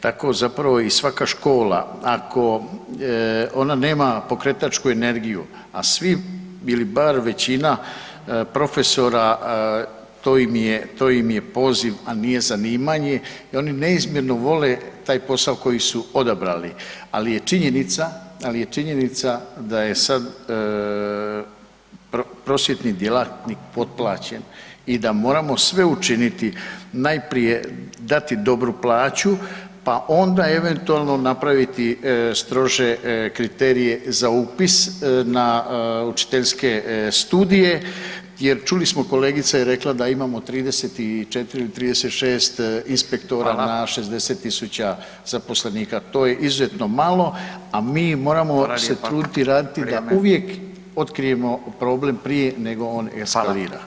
Tako za prvo, svaka škola, ako ona nema pokretačku energiju, a svi ili bar većina profesora, to im je i poziv, a nije zanimanje i oni neizmjerno vole taj posao koji su odabrali, ali je činjenica da je sad prosvjetni djelatnik potplaćen i da moramo sve učiniti najprije dati dobru plaću, pa onda eventualno napraviti strože kriterije za upis na učiteljske studije jer čuli smo kolegica je rekla da imamo 34 ili 36 inspektora [[Upadica: Hvala.]] na 60.000 zaposlenika, to je izuzetno malo, a mi moramo se truditi i raditi [[Upadica: Hvala lijepa, vrijeme.]] da uvijek otkrijemo problem prije nego on eskalira.